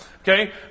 Okay